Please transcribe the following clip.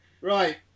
Right